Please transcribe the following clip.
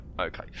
Okay